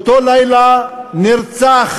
באותו לילה נרצח